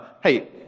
Hey